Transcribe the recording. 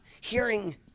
hearing